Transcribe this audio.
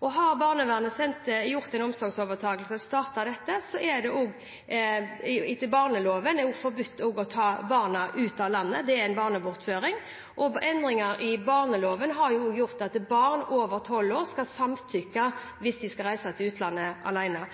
Har barnevernet gjort en omsorgsovertakelse og startet dette, er det også etter barnevernsloven forbudt å ta barna ut av landet. Det er en barnebortføring. Endringer i barneloven har også gjort at barn over 12 år skal samtykke hvis de skal reise til utlandet alene.